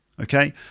Okay